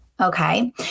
Okay